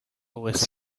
with